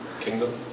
Kingdom